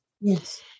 Yes